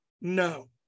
no